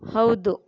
ಹೌದು